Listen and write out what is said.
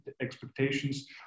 expectations